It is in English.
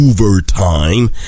Overtime